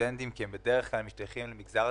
והסטודנטים נמנים בתוכם,